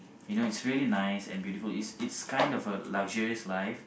you know it's really nice and beautiful it's it's kind of a luxurious life